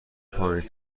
پایین